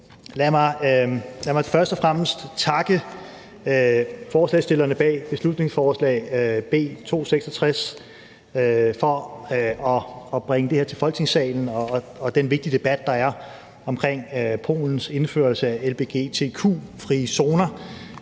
Lad mig først og fremmest takke forslagsstillerne bag beslutningsforslag nr. B 266 for at bringe det her op i Folketingssalen. Jeg synes, at debatten om Polens indførelse af lgbti-frie zoner